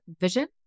vision